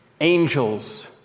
angels